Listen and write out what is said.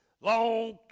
Long